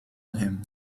him